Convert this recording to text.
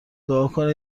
دعاکنید